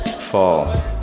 fall